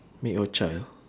make your child